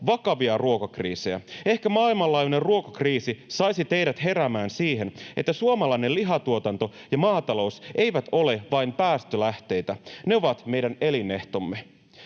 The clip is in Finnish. vakavia ruokakriisejä. Ehkä maailmanlaajuinen ruokakriisi saisi teidät heräämään siihen, että suomalainen lihatuotanto ja maatalous eivät ole vain päästölähteitä, ne ovat meidän elinehtomme.